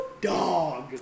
Dog